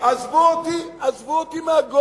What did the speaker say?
עזבו אותי מהגויים,